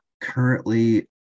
currently